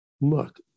look